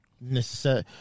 necessary